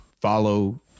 follow